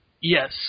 Yes